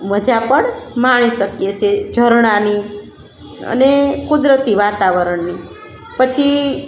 મજા પણ માણી શકીએ છીએ ઝરણાંની અને કુદરતી વાતાવરણની પછી